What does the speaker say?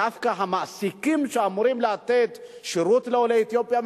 דווקא המעסיקים שאמורים לתת שירות לעולי אתיופיה,